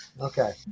Okay